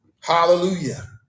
Hallelujah